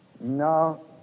no